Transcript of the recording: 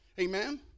Amen